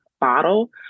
bottle